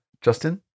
Justin